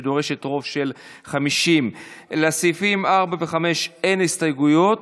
שדורשת רוב של 50. לסעיפים 4 ו-5 אין הסתייגויות.